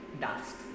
dust